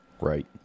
right